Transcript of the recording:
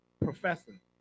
professor